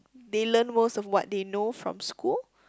they learn most of what they know from school